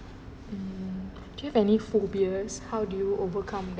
mm do you have any phobias how did you overcome that